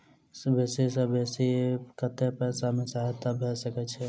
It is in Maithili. बेसी सऽ बेसी कतै पैसा केँ सहायता भऽ सकय छै?